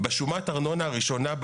בשומת הארנונה הראשונה,